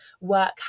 work